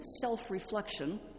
self-reflection